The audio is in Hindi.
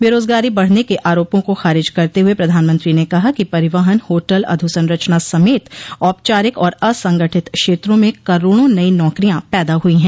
बेरोजगारी बढ़ने के आरोपों को खारिज करते हुए प्रधानमंत्री ने कहा कि परिवहन होटल अधोसंरचना समेत औपचारिक और असंगठित क्षेत्रों में करोड़ों नई नौकरियां पैदा हुई हैं